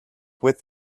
with